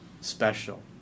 special